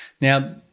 Now